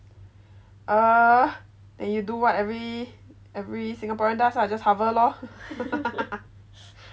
ah then you do what every every singaporean does ah just hover loh